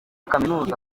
kaminuza